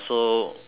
we should